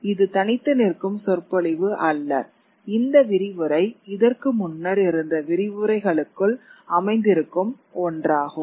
இது தனித்து நிற்கும் சொற்பொழிவு அல்ல இந்த விரிவுரை இதற்கு முன்னர் இருந்த விரிவுரைகளுக்குள் அமைந்திருக்கும் ஒன்றாகும்